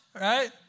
right